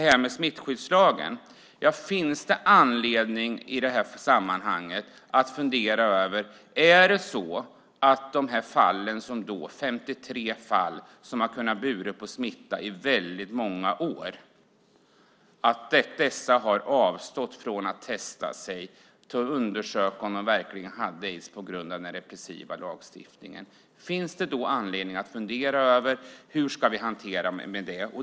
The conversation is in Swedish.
Finns det i detta sammanhang anledning att fundera över ifall de 53 fall som i många år kunnat bära på smitta avstått från att testa sig, från att undersöka om de verkligen hade aids, på grund av den repressiva lagstiftningen? Och finns det i så fall anledning att fundera över hur vi ska hantera detta?